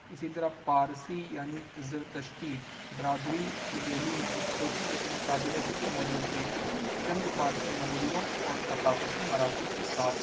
اسی طرح پارسی یعنی زرطشتی برادری کی دہلی میں ایک چھوٹی لیکن قابل ذکر موجودگی ہے چند پارسی مندروں اور ثقافتی مراکز کے ساتھ